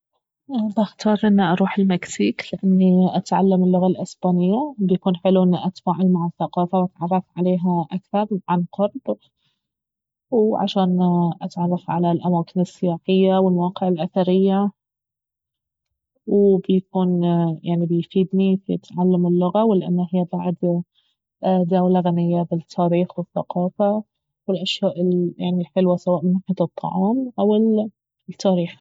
بختار انه اروح المكسيك لاني اتعلم اللغة الاسبانية فبيكون حلو اني اتفاعل مع الثقافة واتعرف عليها اكثر عن قرب وعشان اتعرف على الأماكن السياحية والمواقع الاثرية وبيكون يعني بيفيدني في تعلم اللغة ولأنها اهي بعد دولة غنية بالتاريخ والثقافة والاشياء الحلوة سواء من ناحية الطعام او التاريخ